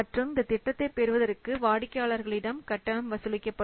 மற்றும் இந்த திட்டத்தை பெறுவதற்கு வாடிக்கையாளர்களிடம் கட்டணம் வசூலிக்கப்படும்